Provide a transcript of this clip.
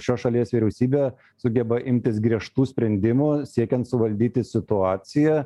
šios šalies vyriausybė sugeba imtis griežtų sprendimų siekiant suvaldyti situaciją